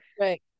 Right